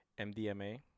MDMA